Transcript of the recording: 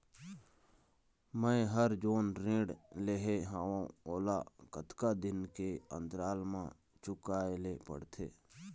मैं हर जोन ऋण लेहे हाओ ओला कतका दिन के अंतराल मा चुकाए ले पड़ते?